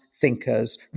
thinkers